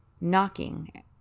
knocking